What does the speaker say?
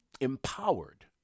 empowered